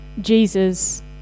Jesus